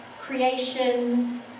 creation